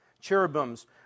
cherubims